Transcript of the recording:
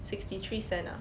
sixty three cents ah